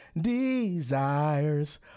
desires